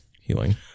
healing